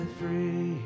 free